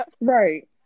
Right